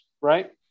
Right